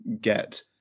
get